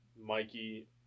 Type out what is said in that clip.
Mikey